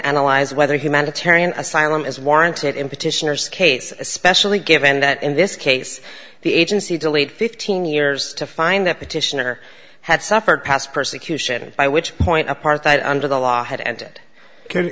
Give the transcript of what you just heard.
analyze whether humanitarian asylum is warranted in petitioners case especially given that in this case the agency delayed fifteen years to find that petitioner had suffered past persecution by which point apartheid under the law had ended can